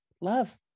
love